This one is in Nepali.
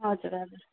हजुर हजुर